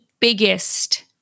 biggest